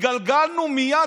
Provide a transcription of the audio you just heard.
התגלגלנו מייד,